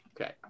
Okay